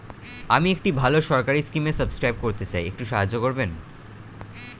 আমি একটি ভালো সরকারি স্কিমে সাব্সক্রাইব করতে চাই, একটু সাহায্য করবেন?